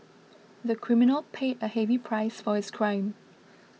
the criminal paid a heavy price for his crime